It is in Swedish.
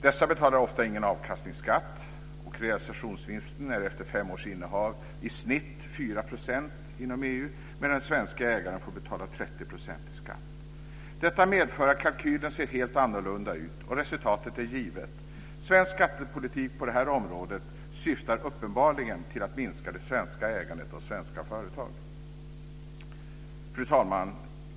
Dessa betalar ofta ingen avkastningsskatt, och realisationsvinsten är efter fem års innehav i snitt 4 % inom EU, medan de svenska ägarna får betala 30 % i skatt. Detta medför att kalkylen ser helt annorlunda ut, och resultatet är givet. Svensk skattepolitik på detta område syftar uppenbarligen till att minska det svenska ägandet av svenska företag. Fru talman!